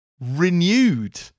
renewed